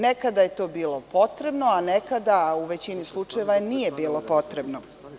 Nekada je to bilo potrebno, a nekada u većini slučajeva nije bilo potrebno.